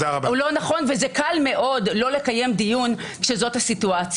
וזה קל מאוד לא לקיים דיון כשזאת הסיטואציה.